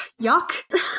yuck